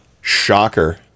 Shocker